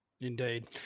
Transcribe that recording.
Indeed